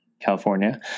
California